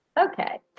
Okay